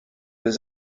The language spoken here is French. les